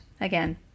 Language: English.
again